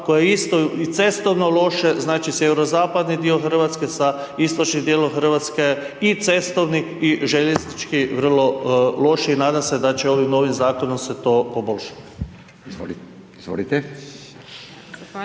koja je isto i cestovno loše, znači sjeverozapadni dio Hrvatske sa istočnim djelom Hrvatske i cestovni i željeznički vrlo lođe i nadam se da će ovim novim zakonom se to poboljšati.